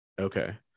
Okay